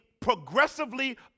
progressively